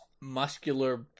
muscular